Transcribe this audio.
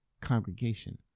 congregation